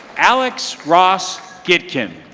alex ross skidkim